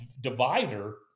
divider